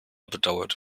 bedauerte